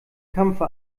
kampfe